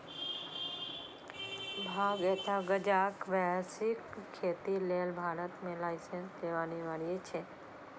भांग अथवा गांजाक व्यावसायिक खेती लेल भारत मे लाइसेंस लेब अनिवार्य छै